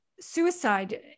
suicide